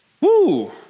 Woo